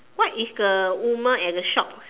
what is the woman at the shop